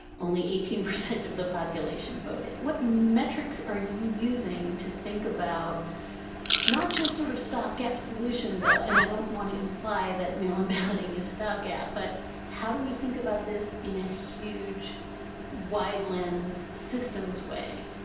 only eighteen percent of the population voted? what metrics are you using to think about not just sort of stopgap solutions? and i don't want to imply that mail in balloting is stopgap. but how do we think about this in a huge wide lens system's way?